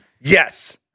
Yes